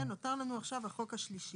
אז רגע, נותר לנו עכשיו החוק השלישי.